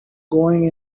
going